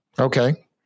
Okay